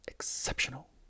exceptional